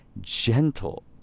gentle